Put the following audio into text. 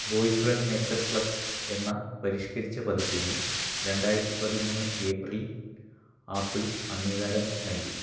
boyfriend maker plus എന്ന പരിഷ്ക്കരിച്ച പതിപ്പിന് രണ്ടായിരത്തി പതിമൂന്ന് ഏപ്രിലിൽ ആപ്പിൾ അംഗീകാരം നൽകി